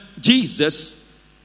Jesus